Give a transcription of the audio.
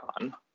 on